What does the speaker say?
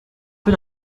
peu